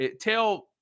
tell